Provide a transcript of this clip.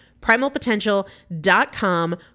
Primalpotential.com